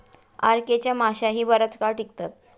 RK च्या माश्याही बराच काळ टिकतात